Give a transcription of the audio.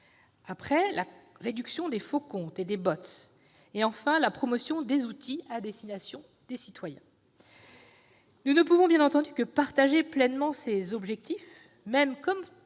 la réduction des faux comptes et des bots, et la promotion des outils à destination des citoyens. Nous ne pouvons que partager pleinement ces objectifs, même s'il